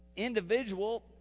individual